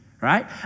right